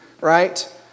right